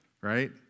right